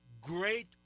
Great